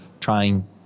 trying